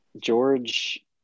George